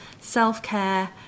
self-care